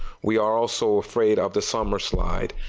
we are also afraid of the summer slide.